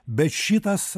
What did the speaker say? bet šitas